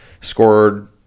scored